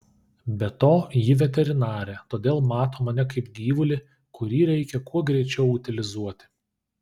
be to ji veterinarė todėl mato mane kaip gyvulį kurį reikia kuo greičiau utilizuoti